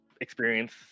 experience